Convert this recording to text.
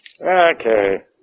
Okay